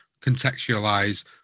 contextualize